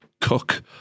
cook